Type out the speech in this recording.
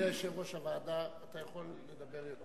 אדוני, יושב-ראש הוועדה, אתה יכול לדבר יותר,